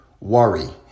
worry